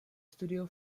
studiu